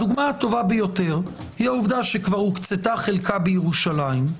הדוגמה הטובה ביותר היא העובדה שכבר הוקצתה חלקה בירושלים.